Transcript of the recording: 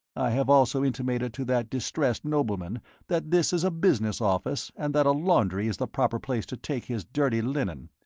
i have also intimated to that distressed nobleman that this is a business office and that a laundry is the proper place to take his dirty linen.